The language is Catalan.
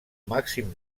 màxim